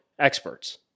experts